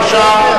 בוודאי, בבקשה.